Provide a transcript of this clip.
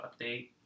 update